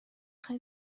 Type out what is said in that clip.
خوای